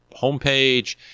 homepage